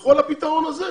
תלכו על הפתרון הזה.